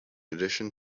addition